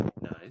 nice